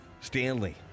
Stanley